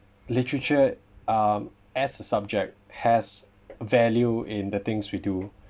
literature uh as a subject has value in the things we do